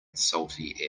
salty